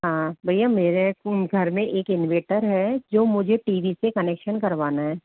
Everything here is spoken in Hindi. हाँ भैया मेरे एक घर में एक इन्वेटर है जो मुझे टी वी से कनेक्शन करवाना है